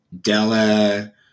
Della